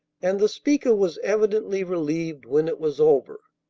and the speaker was evidently relieved when it was over.